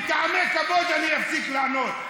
מטעמי כבוד אפסיק לענות,